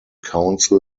counsel